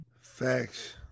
Facts